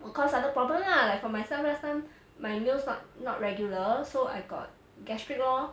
will cause other problems lah like for myself last time my meals not not regular so I got gastric lor